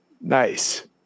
nice